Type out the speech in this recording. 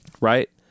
right